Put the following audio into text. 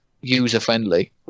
user-friendly